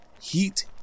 Heat